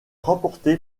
remporté